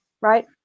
right